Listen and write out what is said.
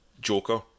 Joker